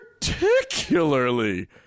particularly